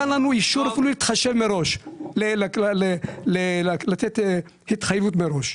לא נתן לנו אישור להתחשב מראש, לתת התחייבות מראש.